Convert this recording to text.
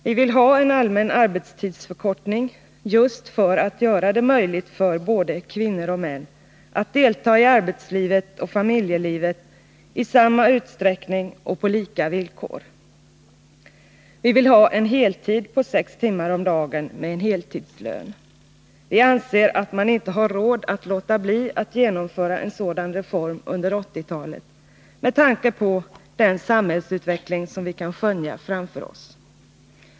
Vi vill ha en allmän arbetstidsförkortning just för att göra det möjligt för både kvinnor och män att delta i arbetslivet och familjelivet i samma utsträckning och på lika villkor. Vi vill ha heltid på sex timmar om dagen med heltidslön. Vi anser att man inte har råd att låta bli att genomföra en sådan reform under 1980-talet med tanke på den samhällsutveckling som vi kan skönja framför oss.